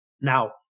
Now